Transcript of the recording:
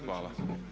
Hvala.